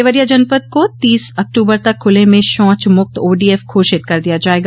देवरिया जनपद को तीस अक्टूबर तक खुले में शौच मुक्त ओडीएफ घोषित कर दिया जायेगा